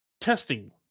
testing